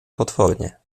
potwornie